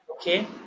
Okay